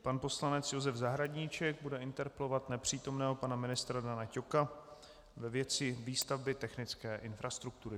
Pan poslanec Josef Zahradníček bude interpelovat nepřítomného pana ministra Dana Ťoka ve věci výstavby technické infrastruktury.